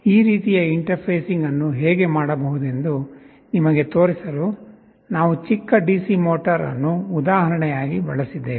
ಈ ರೀತಿಯ ಇಂಟರ್ಫೇಸಿಂಗ್ ಅನ್ನು ಹೇಗೆ ಮಾಡಬಹುದೆಂದು ನಿಮಗೆ ತೋರಿಸಲು ನಾವು ಚಿಕ್ಕ ಡಿಸಿ ಮೋಟರ್ ಅನ್ನು ಉದಾಹರಣೆಯಾಗಿ ಬಳಸಿದ್ದೇವೆ